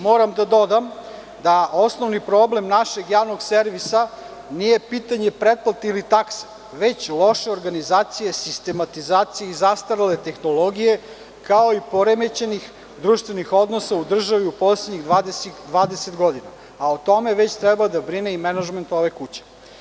Moram da dodam da osnovni problem našeg javnog servisa nije pitanje pretplate ili takse, već loše organizacije, sistematizacije i zastarele tehnologije, kao i poremećenih društvenih odnosa u državi u poslednjih 20 godina, a tome već treba da brine i menadžment ove kuće.